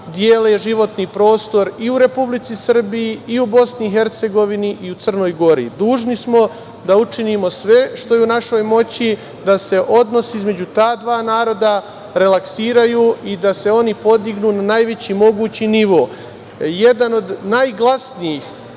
dele životni prostor i u Republici Srbiji i u BiH i u Crnoj Gori. Dužni smo da učinimo sve što je u našoj moći da se odnosi između ta dva naroda relaksiraju i da se oni podignu na najveći mogući nivo. Jedan od najglasnijih